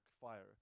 fire